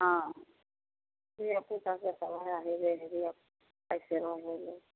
हँ जे पइसा तइसा धिआ अइसे रहऽ गेलै